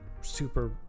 super